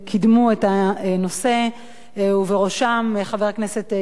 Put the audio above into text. מרביתם אינם מסיימים את חוק לימודים שהם לימודי חובה במדינת ישראל,